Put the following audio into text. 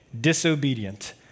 disobedient